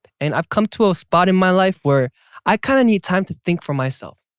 and i've come to a spot in my life where i kind of need time to think for myself